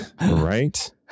right